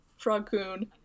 Frogcoon